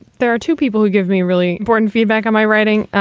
there are two people who give me really important feedback on my writing.